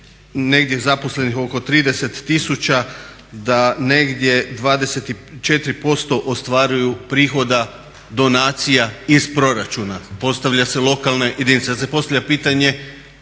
negdje je zaposlenih oko 30 tisuća da negdje 24% ostvaruju prihoda donacija iz proračuna …/Govornik se ne razumije./... Sad se postavlja pitanje